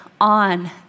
on